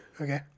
okay